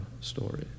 story